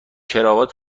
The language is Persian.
کراوات